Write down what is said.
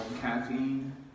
caffeine